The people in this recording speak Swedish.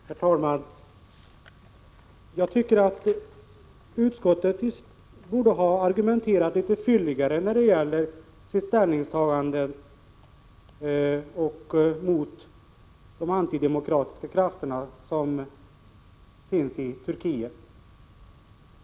Herr talman! Jag tycker att utskottet borde ha argumenterat litet fylligare när det gäller sitt ställningstagande mot de antidemokratiska krafterna i Turkiet.